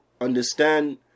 understand